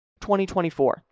2024